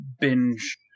binge